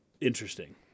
interesting